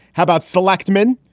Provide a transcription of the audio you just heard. how about selectmen?